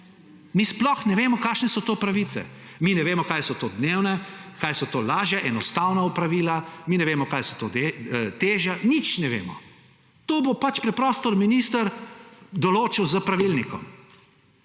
Mi sploh ne vemo, kakšne so to pravice. Mi ne vemo, kaj so to dnevna, kaj so to lažja, enostavna opravila, mi ne vemo, kaj so težja; nič ne vemo. To bo pač preprosto minister določil s pravilnikom.